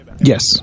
Yes